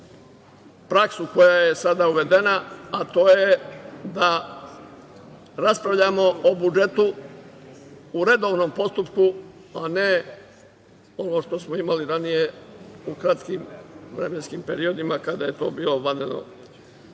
praksu koja je sada uvedena, a to je da raspravljamo o budžetu u redovnom postupku, a ne ono što smo imali ranije u kratkim vremenskim periodima kada je to bilo vanredno